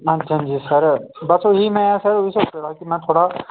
हां जी हां जी सर बस ओह् ही सर में सोचे दा हा कि में थोह्ड़ा